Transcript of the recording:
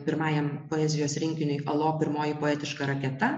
pirmajam poezijos rinkiniui alo pirmoji poetiška raketa